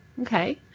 okay